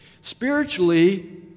Spiritually